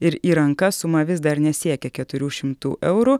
ir į rankas suma vis dar nesiekia keturių šimtų eurų